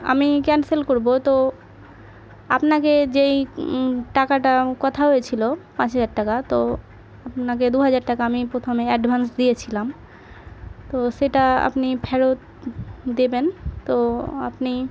আমি ক্যানসেল করবো তো আপনাকে যেই টাকাটা কথা হয়েছিলো পাঁচ হাজার টাকা তো আপনাকে দু হাজার টাকা আমি প্রথমে অ্যাডভান্স দিয়েছিলাম তো সেটা আপনি ফেরত দেবেন তো আপনি